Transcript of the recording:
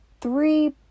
three